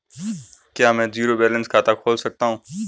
क्या मैं zero balance खाता खोल सकता हूँ?